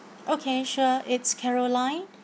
okay sure it's carolyn